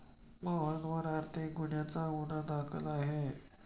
मोहनवर आर्थिक गुन्ह्याचा गुन्हा दाखल आहे